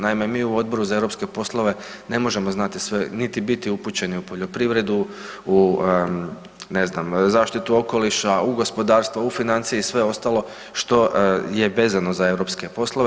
Naime, mi u Odboru za europske poslove ne možemo znati sve niti biti upućeni u poljoprivredu, u ne znam zaštitu okoliša, u gospodarstvo, u financije i sve ostalo što je vezano za europske poslove.